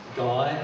guy